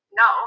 no